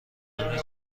همه